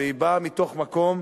והיא באה מתוך מקום,